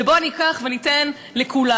בוא ניקח וניתן לכולם.